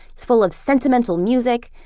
it's full of sentimental music,